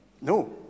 No